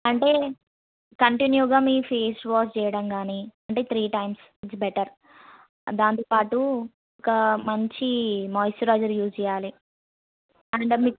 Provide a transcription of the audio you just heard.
అంటే కంటిన్యూగా మీ ఫేస్ వాష్ చేయటం కానీ అంటే త్రీ టైమ్స్ ఈజ్ బెటర్ దాంతోపాటు ఒక మంచి మాయిశ్చరైజర్ యూజ్ చేయాలి అండ్